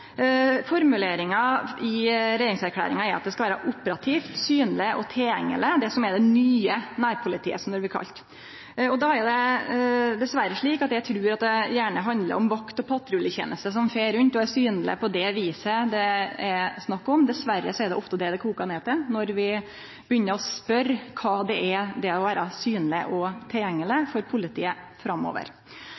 Formuleringa i regjeringserklæringa er at «det nye nærpolitiet», som det blir kalla, skal vere «operativt, synlig og tilgjengelig». Men dessverre er det slik at det gjerne handlar om vakt- og patruljeteneste som fer rundt og er synlege på det viset, at det er det det er snakk om. Dessverre er det ofte dette det kokar ned til når vi begynner å spørje kva det betyr at politiet skal vere synleg og tilgjengeleg